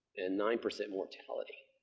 and nine percent mortality.